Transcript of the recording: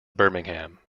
birmingham